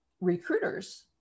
recruiters